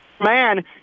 man